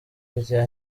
rya